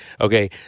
Okay